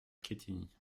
quetigny